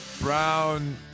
Brown